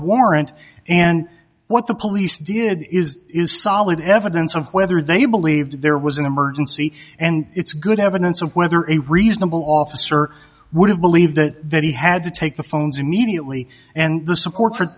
warrant and what the police did is is solid evidence of whether they believed there was an emergency and it's good evidence of whether a reasonable officer wouldn't believe that that he had to take the phones immediately and the support for